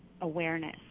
awareness